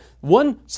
one